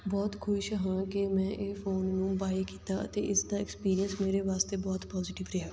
ਬਹੁਤ ਖੁਸ਼ ਹਾਂ ਕਿ ਮੈਂ ਇਹ ਫ਼ੋਨ ਨੂੰ ਬਾਏ ਕੀਤਾ ਅਤੇ ਇਸਦਾ ਐਕਸਪੀਰੀਅੰਸ ਮੇਰੇ ਵਾਸਤੇ ਬਹੁਤ ਪੋਜ਼ੀਟਿਵ ਰਿਹਾ